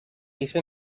hizo